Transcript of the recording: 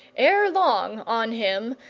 ere long on him,